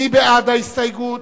מי בעד ההסתייגות?